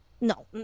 no